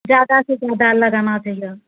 जादासँ जादा लगाना चाहिए